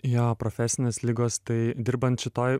jo profesinės ligos tai dirbant šitoj